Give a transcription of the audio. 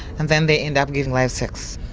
and then they end up giving live sex.